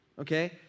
okay